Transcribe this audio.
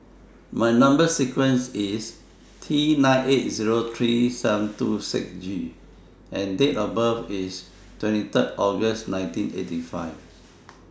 My Number sequence IS T nine eight Zero three seven two six G and Date of birth IS twenty Third August nineteen eighty five